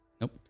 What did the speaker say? Nope